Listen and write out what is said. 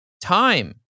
Time